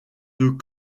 deux